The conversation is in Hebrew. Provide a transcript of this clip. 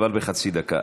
אבל בחצי דקה.